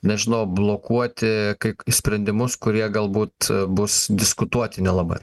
nežinau blokuoti kai sprendimus kurie galbūt bus diskutuoti nelabai